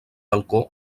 balcó